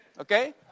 Okay